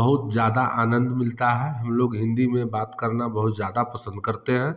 बहुत ज्यादा आनंद मिलता है हम लोग हिंदी में बात करना बहुत ज्यादा पसंद करते हैं